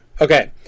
okay